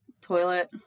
toilet